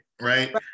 Right